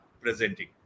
presenting